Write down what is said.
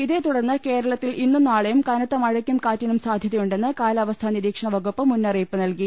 ഇതേ തുടർന്ന് കേരളത്തിൽ ഇന്നും നാളെയും കനത്ത മഴയ്ക്കും കാറ്റിനും സാധ്യതയുണ്ടെന്ന് കാലാവസ്ഥാ നിരീ ക്ഷണ വകുപ്പ് മുന്നറിയിപ്പ് നൽകി